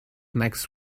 next